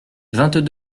vingt